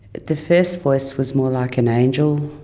the first voice was more like an angel,